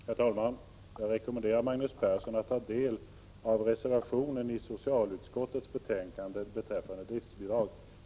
Prot. 1986/87:123 Herr talman! Jag rekommenderar Magnus Persson att ta del av reservatio — 14 maj 1987 äffande driftbidrag i socialutskott ä . Dä örslanen beträffande driftbidrag i socialutskottets betänkande.